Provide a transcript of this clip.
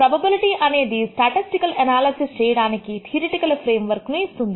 probability అనేదిస్టాటిస్టికల్ analysis చేయడానికి theoretical framework ను ఇస్తుంది